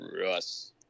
Russ